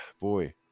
Boy